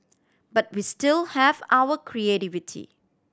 but we still have our creativity